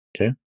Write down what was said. Okay